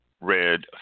red